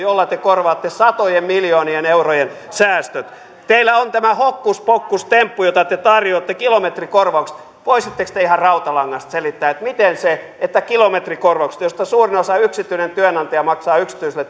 joilla te korvaatte satojen miljoonien eurojen säästöt teillä on tämä hokkuspokkustemppu jota te tarjoatte kilometrikorvaukset voisitteko te ihan rautalangasta selittää miten se että kilometrikorvauksia joista suurimman osan yksityinen työnantaja maksaa yksityiselle